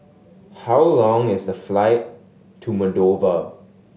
how long is the flight to Moldova